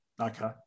Okay